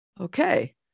Okay